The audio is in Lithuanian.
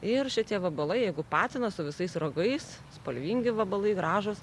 ir šitie vabalai jeigu patinas su visais ragais spalvingi vabalai gražūs